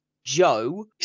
joe